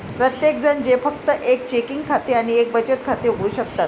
प्रत्येकजण जे फक्त एक चेकिंग खाते आणि एक बचत खाते उघडू शकतात